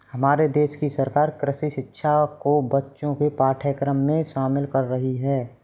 हमारे देश की सरकार कृषि शिक्षा को बच्चों के पाठ्यक्रम में शामिल कर रही है